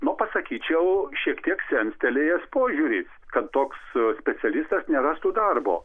na pasakyčiau šiek tiek senstelėjęs požiūris kad toks specialistas nerastų darbo